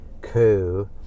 coup